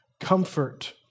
comfort